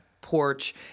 porch